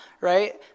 right